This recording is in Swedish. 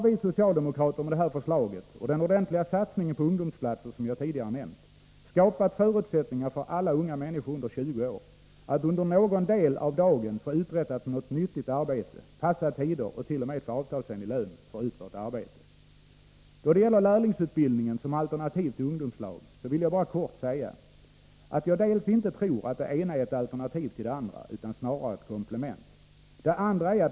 Vi socialdemokrater har med det här förslaget och den ordentliga satsning på ungdomsplatser som jag tidigare nämnt skapat förutsättningar för alla unga människor under 20 år att under någon del av dagen få uträtta något nyttigt arbete, passa tider och t.o.m. få avtalsenlig lön för utfört arbete. Då det gäller lärlingsutbildningen som alternativ till ungdomslag vill jag bara kort säga att jag inte tror att det ena är ett alternativ till det andra utan snarare ett komplement.